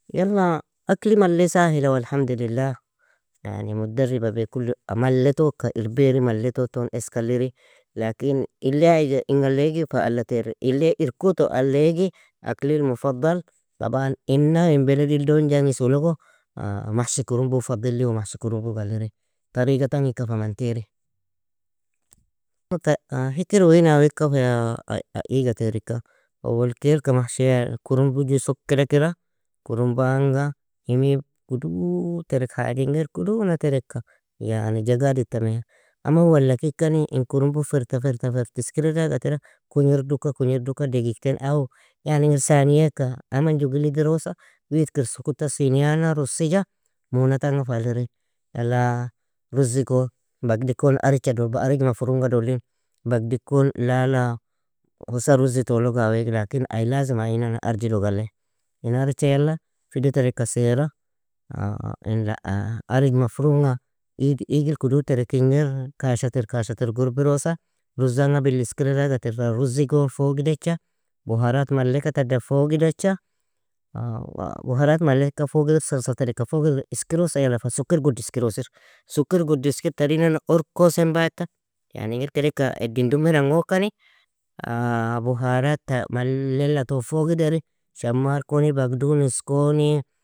Yala, akli malli sahila و الحمد لله يعني متدربة بي كله malle toka irbiri malle tuton esk alliri, Lakin ile aiga inga alle aigi fa allateri, ili irkuto alle aigi, اكلي المفضل طبعا, inna in beladil dogndangisu, logo محشي كرمبو faddliu محشي كرمبو ga alliri, tariga tanga ika fa amantiri, hikir auin aweka fa ai iega tear ika, awali kailka محشي كرمبو ju sokkea kira, كرمبو anga, imid kudu terik haji ingir kununa terika, yani jagadi tamiya, aman walla kinkani in كرمبو ferta ferta ferta iskira daga tira kugnir duka kugnir duka دقيقتين او, yani ingir saniyeaka, aman jugil idrosa, widkir su_kuta sinya ana russija, muna tanga fa alliri. Yala ruzzigo, bagdi kon aricha do_arij mafrumga dolin. Bagdikon la la husan ruzzi tolog awe igi lakin ai lazim ainnane arji log alle. In aricha yala file tereka saira, in la arij mafrumga igil kudud terek ingir kashatir kashatir gurbirosa, ruzzanga bil iskira daga tir, ruzzi gon fog idecha, buharat malleka tadan fog idecha, buharat malleka fog idirr salasa terika fog idirr iskirosa, yala fa sukuir gudd iskirosir. Sukir gudd iskir tarinan orkosen bata, yani ingir kedeka edin dumiran gokani, buhrata mallela ton fog idrr shamar koni bagdunus koni.